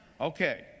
Okay